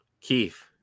Keith